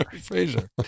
fraser